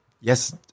Yes